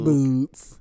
Boots